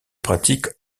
pratique